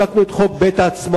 חוקקנו את חוק בית-העצמאות,